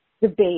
Debate